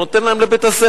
נותן להם לבית-הספר.